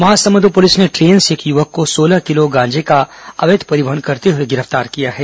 Mahasamund police ने train से एक युवक को सोलह किलो गांजे का अवैघ परिवहन करते हुए गिरफ्तार किया है